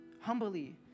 humbly